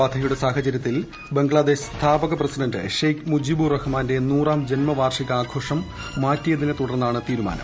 ബാധയുടെ സാഹചരൃത്തിൽ ബംഗ്ലാദേശ് സ്ഥാപക പ്രസിഡന്റ് ഷെയ്ഖ് മുജിബുർറഹ്മാന്റെ നൂറാം ജന്മവാർഷിക ആഘോഷം മാറ്റിയതിനെ തുടർന്നാണ് തീരുമാനം